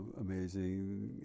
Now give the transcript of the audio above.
amazing